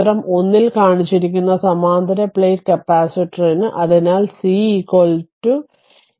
ചിത്രം 1 ൽ കാണിച്ചിരിക്കുന്ന സമാന്തര പ്ലേറ്റ് കപ്പാസിറ്ററിന് അതിനാൽ C A d